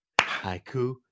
Haiku